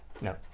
No